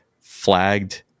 flagged